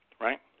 Right